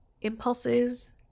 impulses